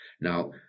Now